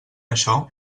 això